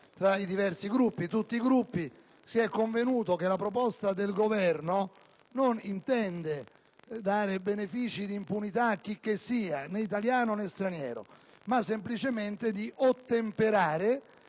tra tutti i Gruppi, si è convenuto che la proposta del Governo non intende dare benefici di impunità a chicchessia, né italiano né straniero, ma semplicemente ottemperare